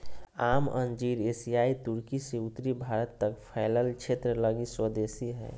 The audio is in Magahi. आम अंजीर एशियाई तुर्की से उत्तरी भारत तक फैलल क्षेत्र लगी स्वदेशी हइ